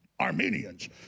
Armenians